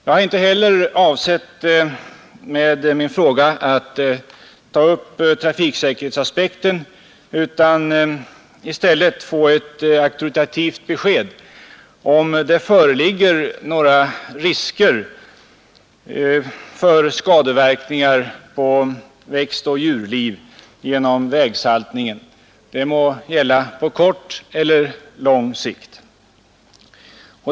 Jag har sålunda inte avsett att ta upp trafiksäkerhetsaspekten utan i stället att få ett auktoritativt besked om det föreligger några risker för skadeverkningar på växtoch djurliv genom vägsaltningen. Det må gälla på kort eller lång sikt.